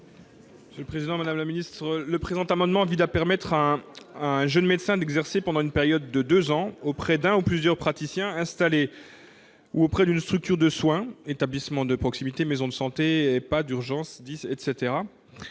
: La parole est à M. Cédric Perrin. Cet amendement vise à permettre à un jeune médecin d'exercer pendant une période de deux ans auprès d'un ou plusieurs praticiens installés, ou auprès d'une structure de soins- établissement de proximité, maison de santé, Ehpad, urgences,